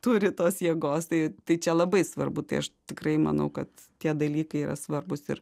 turi tos jėgos tai tai čia labai svarbu tai aš tikrai manau kad tie dalykai yra svarbūs ir